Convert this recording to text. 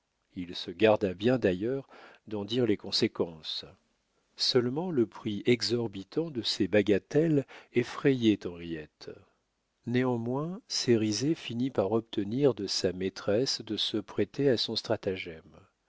il se garda bien d'ailleurs d'en dire les conséquences seulement le prix exorbitant de ces bagatelles effrayait henriette néanmoins cérizet finit par obtenir de sa maîtresse de se prêter à son stratagème